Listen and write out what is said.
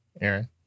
Aaron